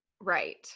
Right